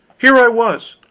here i was,